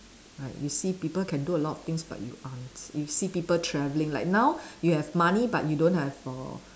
right you see people can do a lot of thing but you aren't you see people travelling like now you have money but you don't have err